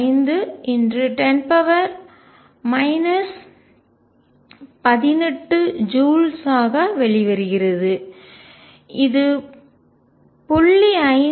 5×10 18 ஜூல்ஸாக வெளிவருகிறது இது 0